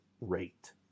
rate